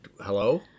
Hello